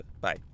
bye